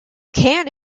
can